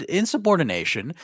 insubordination